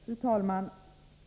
Fru talman!